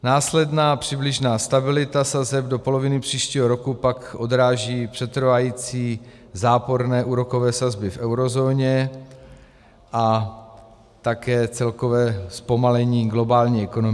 Následná přibližná stabilita sazeb do poloviny příštího roku pak odráží přetrvávající záporné úrokové sazby v eurozóně a také celkové zpomalení globální ekonomiky.